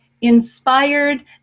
inspired